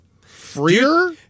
freer